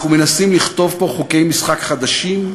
אנחנו מנסים לכתוב פה חוקי משחק חדשים,